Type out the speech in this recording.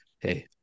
Hey